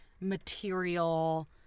material